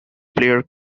player